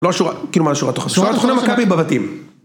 לא השורה, כאילו מה השורה לתוכנית, לשורה התוכנית מכבי בבתים.